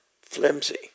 flimsy